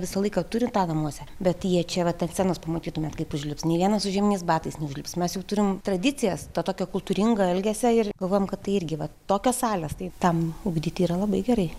visą laiką turi tą namuose bet jie čia vat ant scenos pamatytumėt kaip užlips nė vienas su žieminiais batais neužlips mes jau turim tradicijas to tokio kultūringo elgesio ir galvojam kad tai irgi vat tokios salės tai tam ugdyti yra labai gerai